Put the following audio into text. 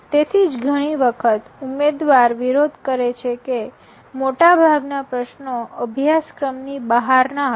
તેથી જ ઘણી વખત ઉમેદવાર વિરોધ કરે છે કે મોટાભાગના પ્રશ્નો અભ્યાસક્રમની બહારના હતા